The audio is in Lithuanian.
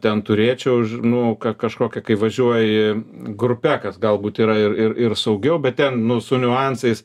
ten turėčiau nu ka kažkokią kai važiuoji grupe kas galbūt yra ir ir ir saugiau bet ten nu su niuansais